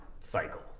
cycle